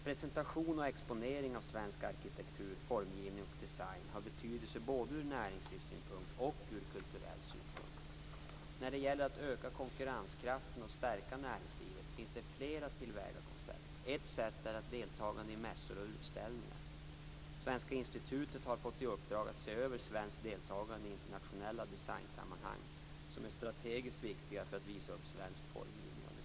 Presentation och exponering av svensk arkitektur, formgivning och design har betydelse både ur näringslivssynpunkt och ur kulturell synpunkt. När det gäller att öka konkurrenskraften och stärka näringslivet finns det flera tillvägagångssätt. Ett sätt är deltagande i mässor och utställningar. Svenska institutet har fått i uppdrag att se över svenskt deltagande i internationella designsammanhang som är strategiskt viktiga för att visa upp svensk formgivning och design.